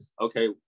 Okay